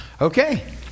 Okay